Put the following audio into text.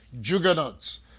juggernauts